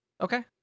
Okay